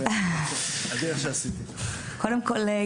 קודם כל,